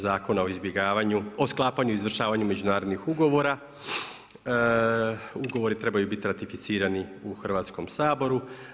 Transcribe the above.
Zakona o izbjegavanju, o sklapanju i izvršavanju međunarodnih ugovora ugovori trebaju bit ratificirani u Hrvatskom saboru.